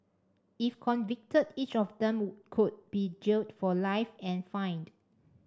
if convicted each of them could be jailed for life and fined